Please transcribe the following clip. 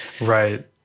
right